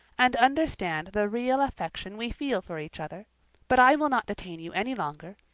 and understand the real affection we feel for each other but i will not detain you any longer.